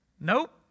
Nope